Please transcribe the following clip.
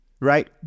Right